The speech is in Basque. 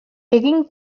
egin